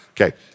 Okay